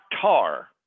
tar